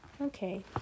okay